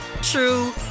true